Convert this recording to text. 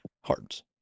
Hearts